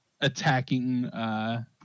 attacking